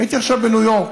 הייתי עכשיו בניו יורק,